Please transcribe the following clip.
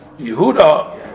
Yehuda